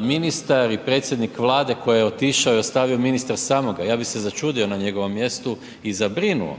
ministar i predsjednik Vlade koji je otišao i ostavio ministra samoga, ja ih se začudio na njegovom mjestu i zabrinuo